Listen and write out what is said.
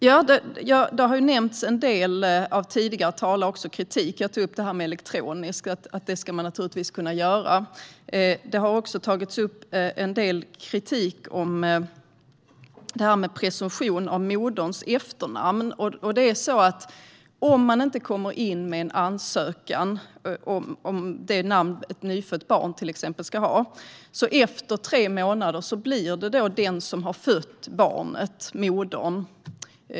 Tidigare talare har nämnt en del kritik. Jag tog upp det här med att man naturligtvis ska kunna göra detta elektroniskt. Det har också tagits upp en del kritik av det här med presumtion av moderns efternamn. Om man för till exempel ett nyfött barn inte kommer in med en ansökan om vilket namn barnet ska ha får det efter tre månader samma namn som den som har fött barnet, alltså modern.